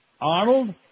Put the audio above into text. Arnold